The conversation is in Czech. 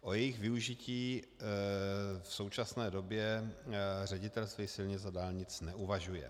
O jejich využití v současné době Ředitelství silnic a dálnic neuvažuje.